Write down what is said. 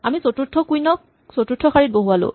আমি চতুৰ্থ কুইন ক চতুৰ্থ শাৰীত বহুৱালো